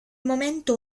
momento